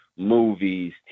movies